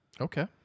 Okay